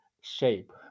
shape